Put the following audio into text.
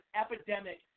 epidemic